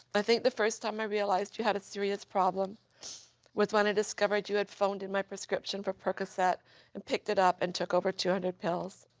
i think the first time i realized you had a serious problem was when i discovered you had phoned in my prescription for percocet and picked it up and took over two hundred pills.